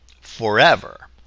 Forever